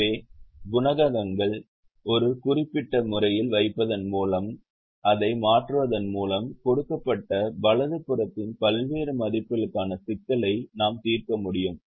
எனவே குணகங்களை ஒரு குறிப்பிட்ட முறையில் வைப்பதன் மூலமும் அதை மாற்றுவதன் மூலமும் கொடுக்கப்பட்ட வலது புறத்தின் பல்வேறு மதிப்புகளுக்கான சிக்கலை நாம் தீர்க்க முடியும்